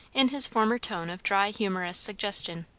in his former tone of dry humourous suggestion.